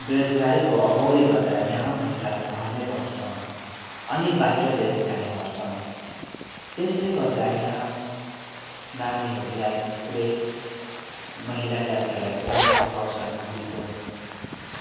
बेरोजगारीको अभावले गर्दा यहाँ महिलाहरू घरमै बस्छ अनि बाहिर देश जाने गर्छ त्यसले गर्दा यहाँ नानीहरूलाई पुरै महिला जातीहरूलाई पुरै अभाव छ नोकरीको